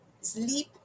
sleep